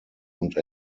und